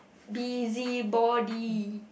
busybody